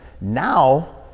Now